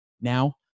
Now